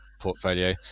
portfolio